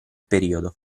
periodo